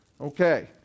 Okay